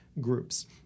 groups